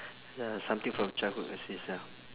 ya something from childhood exist ya